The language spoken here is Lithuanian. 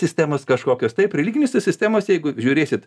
sistemos kažkokios taip religinėse sistemose jeigu žiūrėsit